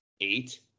eight